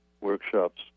workshops